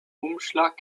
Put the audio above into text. umschlag